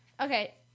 Okay